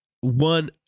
one